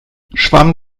schwamm